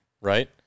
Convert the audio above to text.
right